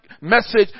message